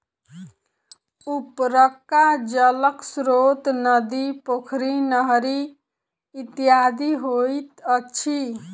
उपरका जलक स्रोत नदी, पोखरि, नहरि इत्यादि होइत अछि